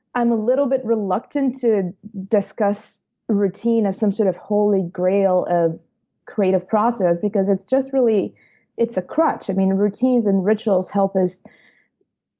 i'm a little bit reluctant to discuss routine as some sort of holy grail of creative process because it's just really it's a crutch. i mean, routines and rituals help us